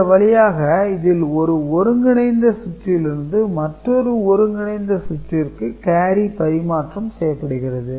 இந்த வழியாக இதில் ஒரு ஒருங்கிணைந்த சுற்றிலிருந்து மற்றொரு ஒருங்கிணைந்த சுற்றிற்கு கேரி பரிமாற்றம் செய்யப்படுகிறது